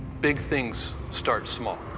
big things start small.